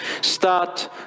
Start